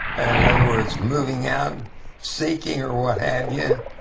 and in other words, moving out and seeking or what have yeah